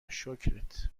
شکرت